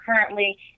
currently